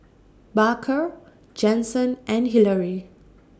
Baker Jensen and Hillary